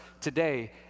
today